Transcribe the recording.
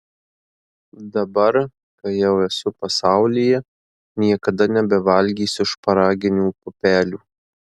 dabar kai jau esu pasaulyje niekada nebevalgysiu šparaginių pupelių